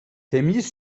temyiz